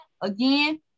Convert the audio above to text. again